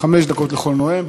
חמש דקות לכל נואם.